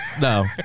No